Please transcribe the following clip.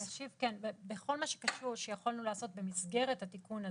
בכל מה שקשור שיכולנו לעשות במסגרת התיקון הזה,